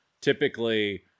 typically